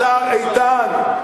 השר איתן,